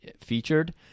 featured